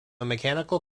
mechanical